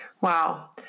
Wow